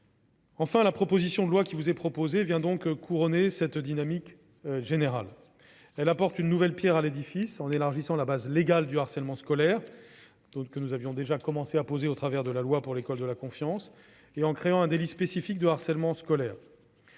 sujets. La proposition de loi qui vous est soumise vient donc couronner cette dynamique générale. Elle apporte une nouvelle pierre à l'édifice, en élargissant la base légale du harcèlement scolaire, que nous avions déjà commencé à poser la loi pour une école de la confiance, et en créant un délit spécifique de harcèlement scolaire.